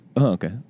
Okay